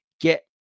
get